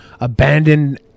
abandoned